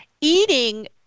eating